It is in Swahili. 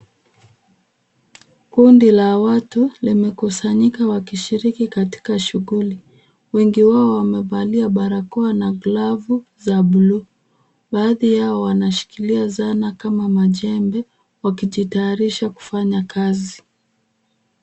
Kundi la watu limekusanyika wakishiriki katika shughuli. Wengi wao wamevalia barakoa na glavu za buluu. Baadhi yao wanashikila zana kama majembe wakiji tayarisha kufanya kazi.